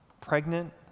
pregnant